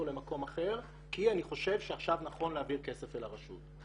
למקום אחר כי אני חושב שעכשיו נכון להעביר כסף אל הרשות.